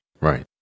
Right